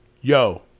yo